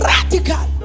Radical